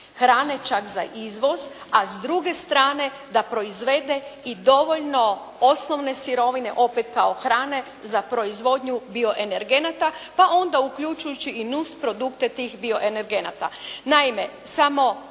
hrane čak za izvoz, a s druge strane da proizvede i dovoljno osnove sirovine opet kao hrane za proizvodnju bioenergenata, pa onda uključujući i nusprodukte tih bioenergenata.